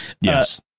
Yes